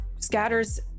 scatters